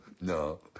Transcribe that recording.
no